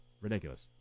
ridiculous